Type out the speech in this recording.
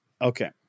okay